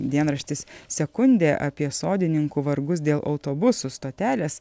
dienraštis sekundė apie sodininkų vargus dėl autobusų stotelės